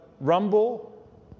rumble